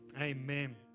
Amen